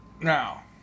Now